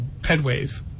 headways